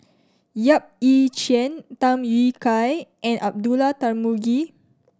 Yap Ee Chian Tham Yui Kai and Abdullah Tarmugi